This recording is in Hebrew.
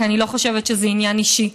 כי אני לא חושבת שזה עניין אישי,